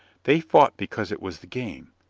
they fought because it was the game,